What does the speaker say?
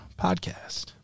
Podcast